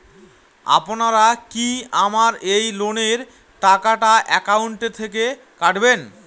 আপনারা কি আমার এই লোনের টাকাটা একাউন্ট থেকে কাটবেন?